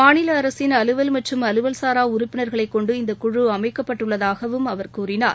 மாநில அரசின் அலுவல் மற்றும் அலுவல் சாரா உறுப்பினர்களை கொண்டு இந்த குழு அமைக்கப்பட்டுள்ளதாகவும் அவர் கூறினார்